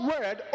word